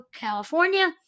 California